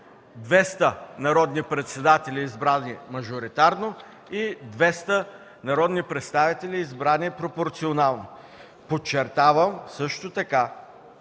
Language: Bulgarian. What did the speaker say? народни представители, избрани мажоритарно, и 200 народни представители, избрани пропорционално. Подчертавам също така,